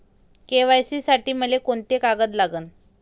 KYC साठी मले कोंते कागद लागन?